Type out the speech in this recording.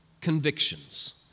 convictions